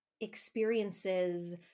experiences